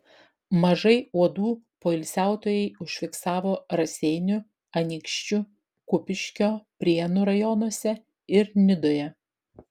mažai uodų poilsiautojai užfiksavo raseinių anykščių kupiškio prienų rajonuose ir nidoje